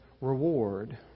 reward